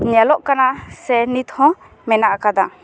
ᱧᱮᱞᱚᱜ ᱠᱟᱱᱟ ᱥᱮ ᱱᱤᱛ ᱦᱚᱸ ᱢᱮᱱᱟᱜ ᱟᱠᱟᱫᱟ